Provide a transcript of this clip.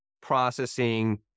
processing